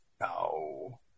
No